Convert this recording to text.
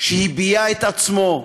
שהביע את עצמו.